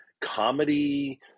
comedy